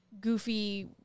goofy